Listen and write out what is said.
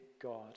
God